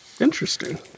interesting